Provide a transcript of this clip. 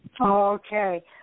Okay